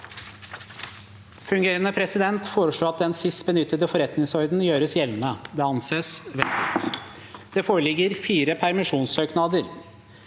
Fungerende president fore- slår at den sist benyttede forretningsorden gjøres gjeldende. – Det anses vedtatt. Det foreligger fire permisjonssøknader: